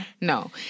No